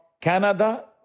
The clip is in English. Canada